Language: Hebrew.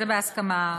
זה בהסכמה.